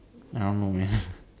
I don't know man